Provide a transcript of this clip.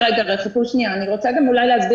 אני רוצה להגיד